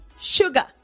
sugar